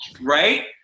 Right